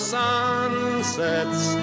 sunsets